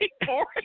boring